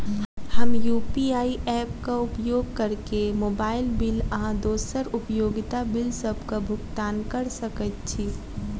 हम UPI app क उपयोग करके मोबाइल बिल आ दोसर उपयोगिता बिलसबक भुगतान कर सकइत छि